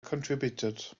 contributed